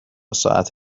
ساعت